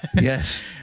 Yes